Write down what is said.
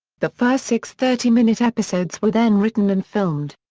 the first six thirty minute episodes were then written and filmed.